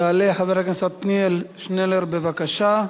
יעלה חבר הכנסת עתניאל שנלר, בבקשה.